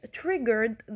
triggered